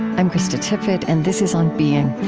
i'm krista tippett and this is on being.